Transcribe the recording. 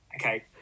Okay